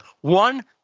One